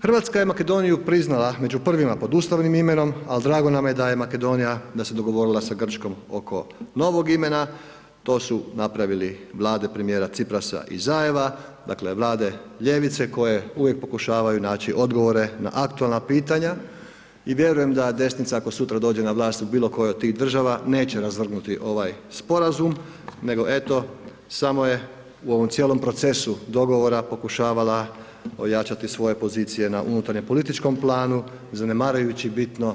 Hrvatska je Makedoniju priznala među prvima pod ustavnim imenom ali drago nam je da je Makedonija, da se dogovorila sa Grčkom oko novog imena, to su napravile vlade premijera Ciprasa i Zajeva, Dakle, vlade ljevice koje uvijek pokušavaju na naći odgovore na aktualna pitanja i vjerujem da desnica ako sutra dođe na vlast u bilo kojoj od tih država neće razvrgnuti ovaj sporazum nego eto samo je u ovom cijelom procesu dogovora pokušavala ojačati svoje pozicije na unutarnje političkom planu zanemarujući bitno